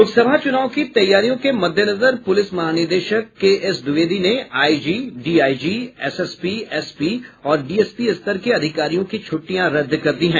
लोकसभा चुनाव की तैयारियों के मद्देनजर पुलिस महानिदेशक के एस द्विवेदी ने आईजी डीआईजी एसएसपी एसपी और डीएसपी स्तर के अधिकारियों की छ्ट्टियां रद्द कर दी है